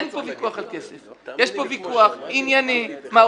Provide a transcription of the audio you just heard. אין פה ויכוח על כסף, יש פה ויכוח ענייני, מהותי,